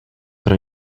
pro